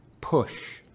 Push